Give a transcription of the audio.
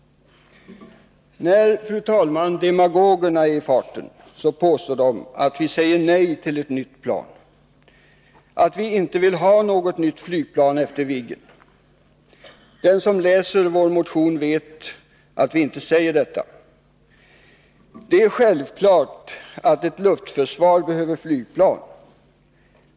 När demagogerna är i farten påstår de att vi säger nej till ett nytt flygplan, att vi inte vill ha något nytt flygplan efter Viggen. Den som läser vår motion vet att vi inte säger detta. Det är självklart att ett luftförsvar behöver flygplan.